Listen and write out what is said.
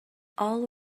all